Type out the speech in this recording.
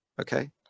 Okay